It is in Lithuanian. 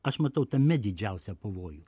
aš matau tame didžiausią pavojų